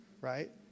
right